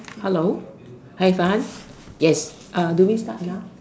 hello hi yes do we start now